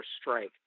strike